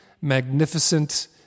magnificent